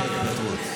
הגישה התפטרות.